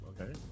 Okay